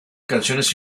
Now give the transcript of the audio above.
canciones